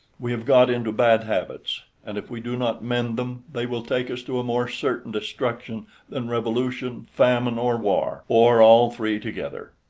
we have got into bad habits, and if we do not mend them they will take us to a more certain destruction than revolution, famine, or war or all three together.